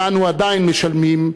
ואנו עדיין משלמים,